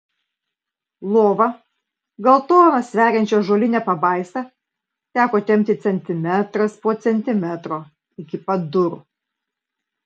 lova gal toną sveriančią ąžuolinę pabaisą teko tempti centimetras po centimetro iki pat durų